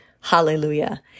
hallelujah